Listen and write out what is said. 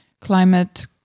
climate